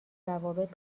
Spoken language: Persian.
روابط